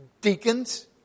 Deacons